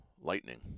lightning